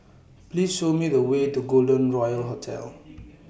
Please Show Me The Way to Golden Royal Hotel